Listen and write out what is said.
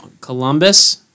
Columbus